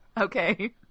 Okay